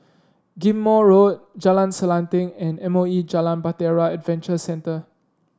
Ghim Moh Road Jalan Selanting and M O E Jalan Bahtera Adventure Centre